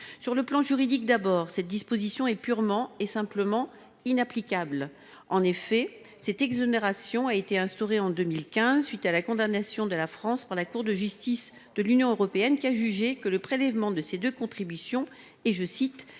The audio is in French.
Sur le plan juridique, cette disposition est purement et simplement inapplicable. En effet, cette exonération a été instaurée en 2015 à la suite de la condamnation de la France par la Cour de justice de l’Union européenne (CJUE), qui a jugé le prélèvement de ces deux contributions incompatible